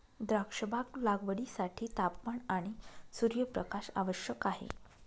द्राक्षबाग लागवडीसाठी तापमान आणि सूर्यप्रकाश आवश्यक आहे